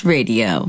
Radio